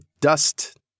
dust